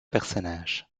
personnages